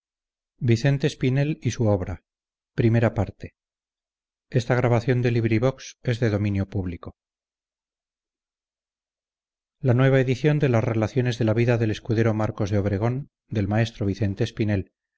la nueva edición de las relaciones de la vida del escudero marcos de obregón del maestro vicente espinel